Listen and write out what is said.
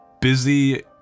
busy